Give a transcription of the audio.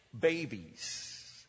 babies